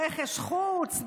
רכש חוץ,